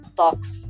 talks